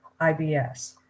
IBS